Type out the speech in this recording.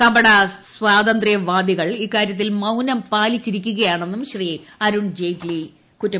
കപട സ്വാതന്ത്ര്യവാദികൾ ഇക്കാരൃത്തിൽ മൌനം പാലിച്ചിരിക്കുകയാണെന്നും ശ്രീ അരുൺ ജെയ്റ്റ്ലി പറഞ്ഞു